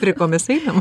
prie ko mes einam